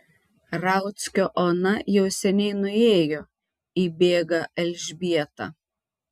rauckio ona jau seniai nuėjo įbėga elžbieta